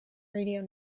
radio